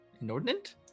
inordinate